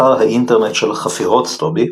אתר האינטרנט של חפירות סטובי